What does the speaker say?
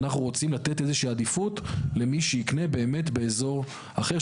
אנחנו רוצים לתת איזושהי עדיפות למי שיקנה באמת באזור אחר,